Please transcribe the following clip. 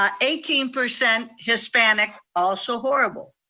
um eighteen percent hispanic, also horrible.